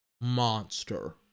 Monster